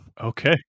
okay